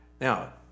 Now